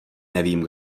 nevím